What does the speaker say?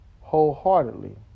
wholeheartedly